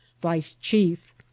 vice-chief